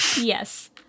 Yes